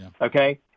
Okay